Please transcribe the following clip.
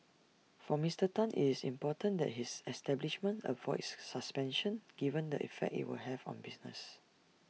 for Mister Tan IT is important that his establishment avoids suspensions given the effect IT will have on business